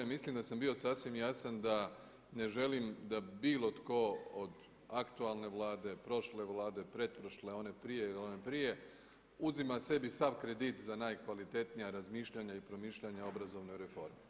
Mislim da sam bio sasvim jasan da ne želim da bilo tko od aktualne Vlade, prošle Vlade, pretprošle, one prije uzima sebi sav kredit za najkvalitetnija razmišljanja i promišljanja o obrazovnoj reformi.